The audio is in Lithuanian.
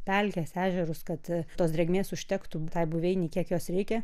pelkes ežerus kad tos drėgmės užtektų tai buveinei kiek jos reikia